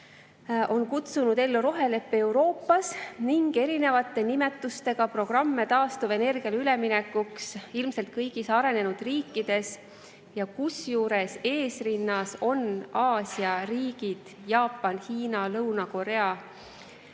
on kutsunud ellu roheleppe Euroopas ning erinevate nimetustega programme taastuvenergiale üleminekuks ilmselt kõigis arenenud riikides. Kusjuures eesrinnas on Aasia riigid: Jaapan, Hiina, Lõuna-Korea